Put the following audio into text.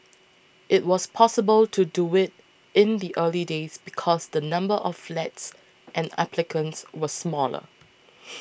it was possible to do it in the early days because the number of flats and applicants were smaller